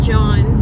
John